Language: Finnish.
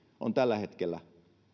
on tällä hetkellä